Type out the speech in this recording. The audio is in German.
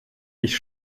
nicht